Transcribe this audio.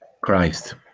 Christ